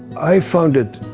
i found it,